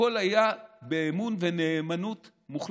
הכול היה באמון ונאמנות מוחלטת,